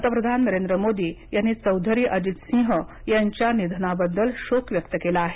पंतप्रधान नरेंद्र मोदी यांनी चौधरी अजित सिंह यांच्या निधनाबद्दल शोक व्यक्त केला आहे